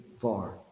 far